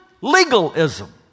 legalism